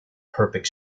perfect